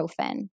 ibuprofen